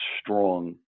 strong